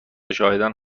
شاهدان